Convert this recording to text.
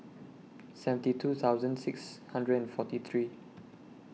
seventy two thousand six hundred and forty three